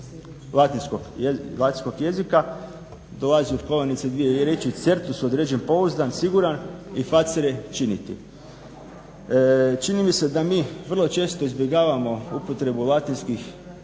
latinskog jezika, dolazi … dvije riječi certus-određen, pouzdan, siguran i facere-činiti. Čini mi se da mi vrlo često izbjegavamo upotrebu latinizama